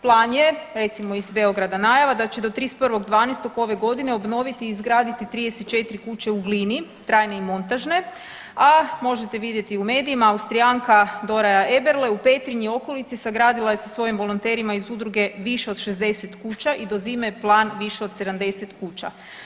Plan je recimo iz Beograda najava da će do 31.12. ove godine obnoviti i izgraditi 34 kuće u Glini trajne i montažne, a možete vidjeti u medijima Austrijanka Dora Eberle u Petrinji i okolici sagradila je sa svojim volonterima iz udruge više od 60 kuća i do zime je plan više od 70 kuća.